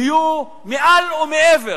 יהיו מעל ומעבר